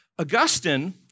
Augustine